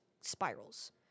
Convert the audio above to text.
spirals